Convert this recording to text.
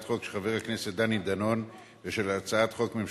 חוק של חבר הכנסת דני דנון ושל הצעת חוק ממשלתית.